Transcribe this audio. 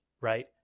right